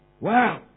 Wow